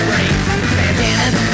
Bandanas